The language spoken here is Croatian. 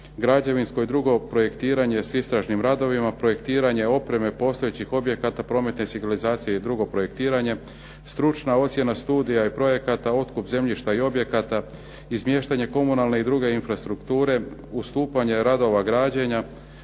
građevinsko i drugo projektiranje s istražnim radovima, projektiranje opreme postojećih objekata prometne signalizacije i drugo projektiranje, stručna ocjena studija i projekata, otkup zemljišta i objekata i smještanje komunalne i druge infrastrukture, ustupanje radova građenja,